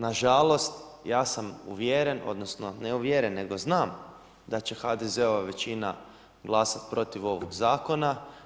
Na žalost, ja sam uvjeren, odnosno ne uvjeren nego znam da će HDZ-ova većina glasat protiv ovog zakona.